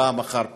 פעם אחר פעם,